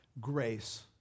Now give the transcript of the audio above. Grace